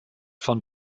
von